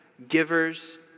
givers